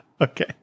Okay